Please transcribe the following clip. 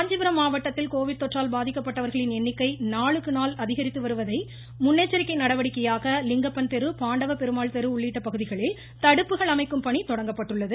காஞ்சிபுரம் மாவட்டத்தில் கோவிட் தொற்றால் பாதிக்கப்பட்டவர்களின் எண்ணிக்கை நாளுக்கு நாள் அதிகரித்து வருவதையடுத்து முன்னெச்சரிக்கை நடவடிக்கையாக லிங்கப்பன் தெரு பாண்டவ பெருமாள் தெரு உள்ளிட்ட பகுதிகளில் தடுப்புகள் அமைக்கும் பணி தொடங்கப்பட்டுள்ளது